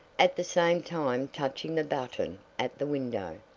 at the same time touching the button at the window.